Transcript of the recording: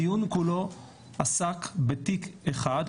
הדיון כולו עסק בתיק אחד,